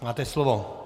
Máte slovo.